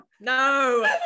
No